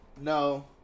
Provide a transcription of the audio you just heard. no